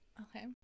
Okay